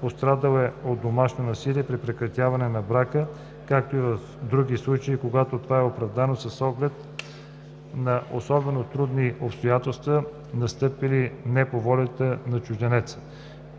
пострадал е от домашно насилие преди прекратяването на брака, както и в други случаи, когато това е оправдано с оглед на особено трудни обстоятелства, настъпили не по волята на чужденеца,